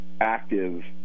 active